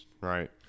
right